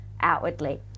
outwardly